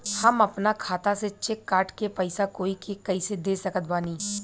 हम अपना खाता से चेक काट के पैसा कोई के कैसे दे सकत बानी?